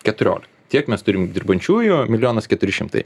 keturiolika tiek mes turim dirbančiųjų milijonas keturi šimtai